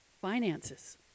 Finances